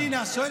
לא, לא.